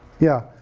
yeah,